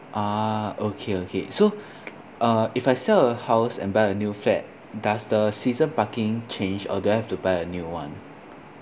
ah okay okay so uh if I sell a house and buy a new flat does the season parking change or do I have to buy a new one